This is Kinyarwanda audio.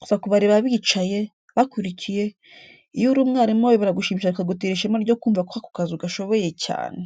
Gusa kubareba bicaye, bakurikiye, iyo uri umwarimu wabo biragushimisha bikagutera ishema ryo kumva ko akazi ugashoboye cyane.